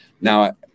Now